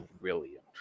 brilliant